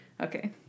Okay